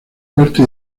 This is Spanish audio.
parte